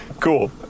Cool